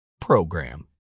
PROGRAM